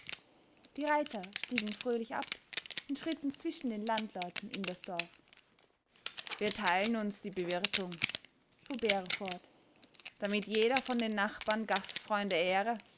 die reiter stiegen fröhlich ab und schritten zwischen den landleuten in das dorf wir teilen uns in die bewirtung fuhr bero fort damit jeder von den nachbarn gastfreunde ehre